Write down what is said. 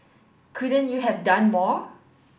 couldn't you have done more